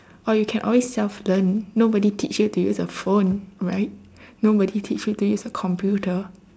or you can always self learn nobody teach you to use a phone right nobody teach you to use a computer